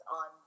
on